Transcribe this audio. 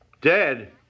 Dead